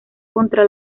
contra